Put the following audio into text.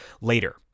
later